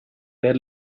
poi